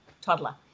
toddler